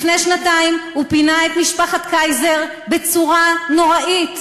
לפני שנתיים הוא פינה את משפחת קייזר בצורה נוראית,